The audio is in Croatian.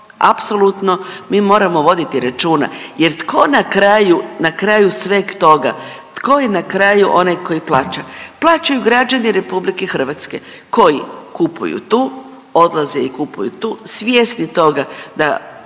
apsolutno mi moramo voditi računa jer tko na kraju, na kraju sveg toga, tko je na kraju onaj koji plaća? Plaćaju građani RH koji kupuju tu, odlaze i kupuju tu svjesni toga da